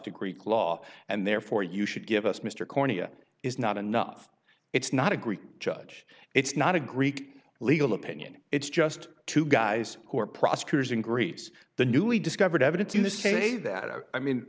to greek law and therefore you should give us mr cornea is not enough it's not a greek judge it's not a greek legal opinion it's just two guys who are prosecutors and greets the newly discovered evidence in the same way that i mean